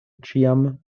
ĉiam